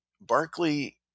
Barclay